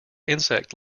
insect